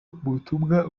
ubutumwa